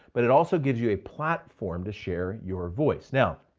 but it also gives you a platform to share your voice. now,